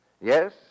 Yes